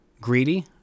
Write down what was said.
greedy